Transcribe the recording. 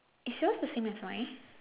is yours the same as mine